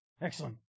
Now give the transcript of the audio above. Excellent